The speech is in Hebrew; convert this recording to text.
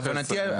להבנתי,